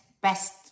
best